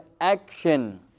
action